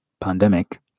pandemic